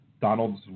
Donald's